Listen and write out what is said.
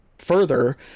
further